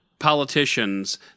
politicians